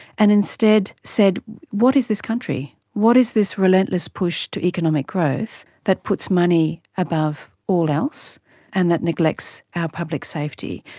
and instead said what is this country, what is this relentless push to economic growth that puts money above all else and that neglects our public safety?